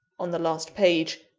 on the last page,